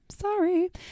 Sorry